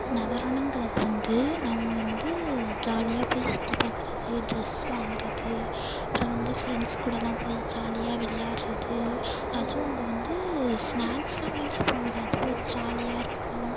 நகரம்ங்கிறது வந்து நாம் வந்து ஜாலியாக போய் சுற்றிப் பாக்கிறது ட்ரெஸ் வாங்கிறது அப்புறம் வந்து ஃப்ரெண்ட்ஸ்கூடலாம் போய் ஜாலியாக விளையாடுறது அதுவும் அங்கே வந்து ஸ்நாக்ஸ்லாம் வாங்கி சாப்பிட்றது அது ஒரு ஜாலியாக இருக்கும்